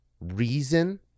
reason